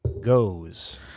Goes